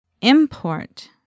import